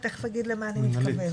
אני תיכף אגיד למה אני מתכוונת.